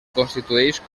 constitueix